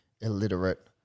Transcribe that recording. illiterate